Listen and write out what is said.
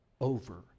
over